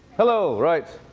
hello? right.